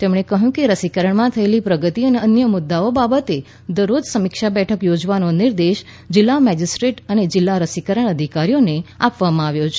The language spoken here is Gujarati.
તેમણે કહ્યું કે રસીકરણમાં થયેલી પ્રગતિ અને અન્ય મુદ્દાઓ બાબતે દરરોજ સમીક્ષા બેઠક યોજવાનો નિર્દેશ જિલ્લા મજીસ્ટ્રેટ અને જિલ્લા રસીકરણ અધિકારીઓને આપવામાં આવ્યો છે